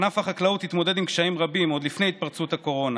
ענף החקלאות התמודד עם קשיים רבים עוד לפני התפרצות הקורונה.